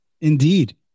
indeed